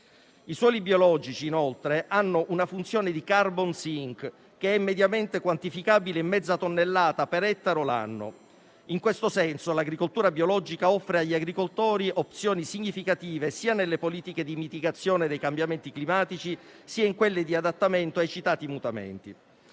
I suoli biologici, inoltre, hanno una funzione di *carbon sink*, che è mediamente quantificabile in mezza tonnellata per ettaro l'anno. In questo senso, l'agricoltura biologica offre agli agricoltori opzioni significative sia nelle politiche di mitigazione dei cambiamenti climatici sia in quelle di adattamento ai citati mutamenti.